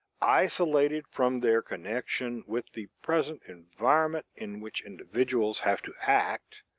isolated from their connection with the present environment in which individuals have to act,